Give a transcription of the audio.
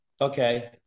okay